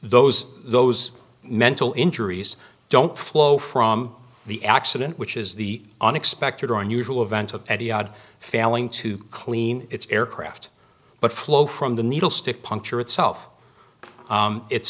those those mental injuries don't flow from the accident which is the unexpected or unusual event of any odd failing to clean its aircraft but flow from the needle stick puncture itself it's